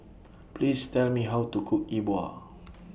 Please Tell Me How to Cook E Bua